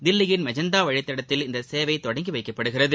தில்லியின் மெஜந்தா வழித்தடத்தில் இந்த சேவை தொடங்கி வைக்கப்படுகிறது